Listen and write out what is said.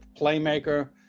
playmaker